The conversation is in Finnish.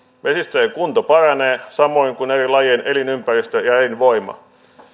vesistöjen kunto paranee samoin kuin eri lajien elinympäristö ja elinvoima